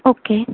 okay